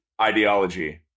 ideology